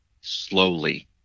slowly